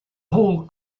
whole